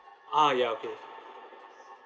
ah ya okay